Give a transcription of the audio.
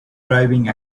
driving